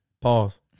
Pause